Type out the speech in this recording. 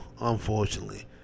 Unfortunately